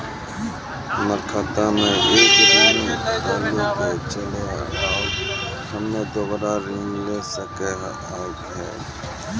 हमर खाता मे एक ऋण पहले के चले हाव हम्मे दोबारा ऋण ले सके हाव हे?